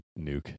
Nuke